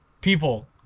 People